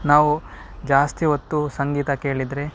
ನಾವು ಜಾಸ್ತಿ ಹೊತ್ತು ಸಂಗೀತ ಕೇಳಿದರೆ